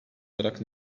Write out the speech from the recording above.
olarak